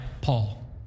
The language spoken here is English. Paul